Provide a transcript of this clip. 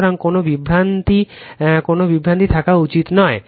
সুতরাং কোন বিভ্রান্তি কোন বিভ্রান্তি থাকা উচিত নয়